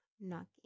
knocking